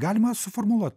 galima suformuluot